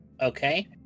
Okay